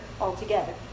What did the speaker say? altogether